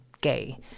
gay